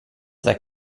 that